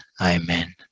amen